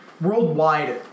Worldwide